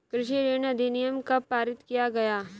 कृषि ऋण अधिनियम कब पारित किया गया?